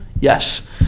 Yes